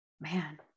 Man